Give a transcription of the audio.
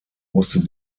musste